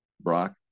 Brock